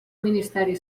ministeri